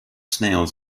snails